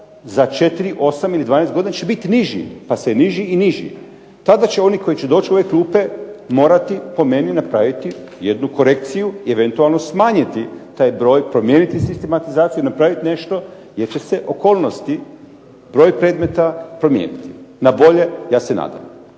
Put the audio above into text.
za 4, 8 ili 12 godina će biti niži, pa sve niži i niži, tada će oni koji će doći u ove klupe morati po meni napraviti jednu korekciju, eventualno smanjiti taj broj, promijeniti sistematizaciju, napraviti nešto jer će se okolnosti, broj predmeta promijeniti, na bolje ja se nadam.